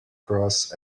cross